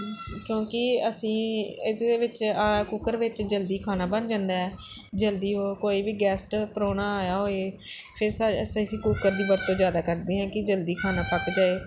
ਕਿਉਂਕਿ ਅਸੀਂ ਇਹਦੇ ਵਿੱਚ ਆ ਕੁੱਕਰ ਵਿੱਚ ਜਲਦੀ ਖਾਣਾ ਬਣ ਜਾਂਦਾ ਹੈ ਜਲਦੀ ਉਹ ਕੋਈ ਵੀ ਗੈਸਟ ਪ੍ਰੋਹਣਾ ਆਇਆ ਹੋਏ ਫਿਰ ਅਸੀਂ ਕੁੱਕਰ ਦੀ ਵਰਤੋਂ ਜ਼ਿਆਦਾ ਕਰਦੇ ਹਾਂ ਕਿ ਜਲਦੀ ਖਾਣਾ ਪੱਕ ਜਾਏ